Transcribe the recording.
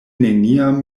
neniam